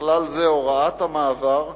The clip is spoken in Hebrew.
ובכלל זה הוראת המעבר,